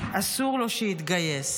אסור לו שיתגייס.